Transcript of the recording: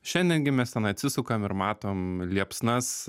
šiandien gi mes tenai atsisukam ir matom liepsnas